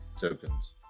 tokens